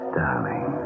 darling